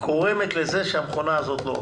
שקל גורמת לכך שהמדינה הזאת לא עובדת,